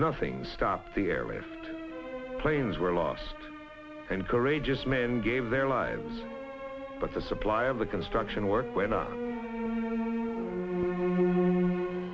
nothing stopped the airways planes were lost and courageous men gave their lives but the supply of the construction work